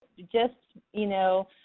just you know,